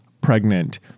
pregnant